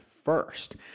first